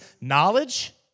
knowledge